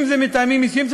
אם זה מטעמים אישיים,